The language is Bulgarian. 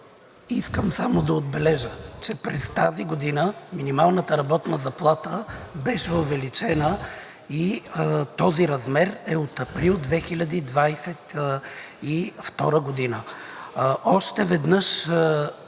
Искам само да отбележа, че през тази година минималната работна заплата беше увеличена и този размер е от април 2022 г. Още веднъж